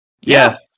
Yes